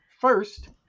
First